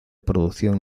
producción